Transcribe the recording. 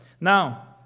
Now